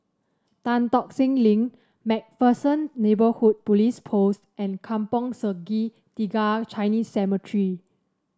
Tan Tock Seng Link MacPherson Neighbourhood Police Post and Kampong Sungai Tiga Chinese Cemetery